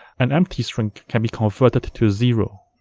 an empty string can be converted to zero,